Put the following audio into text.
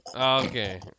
Okay